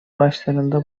başlarında